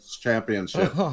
Championship